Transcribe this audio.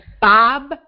Bob